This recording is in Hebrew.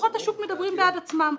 כוחות השוק מדברים בעד עצמם.